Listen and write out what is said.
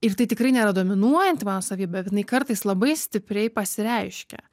ir tai tikrai nėra dominuojanti mano savybė bet jinai kartais labai stipriai pasireiškia